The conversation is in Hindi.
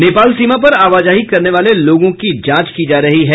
नेपाल सीमा पर आवाजाही करने वाले लोगों की जांच की जा रही है